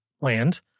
land